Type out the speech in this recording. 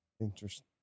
interesting